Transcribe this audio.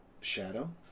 Shadow